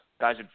guys